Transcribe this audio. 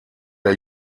der